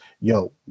yo